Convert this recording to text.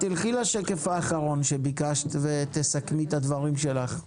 לכי לשקף האחרון שביקשת ותסכמי את הדברים שלך.